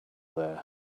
there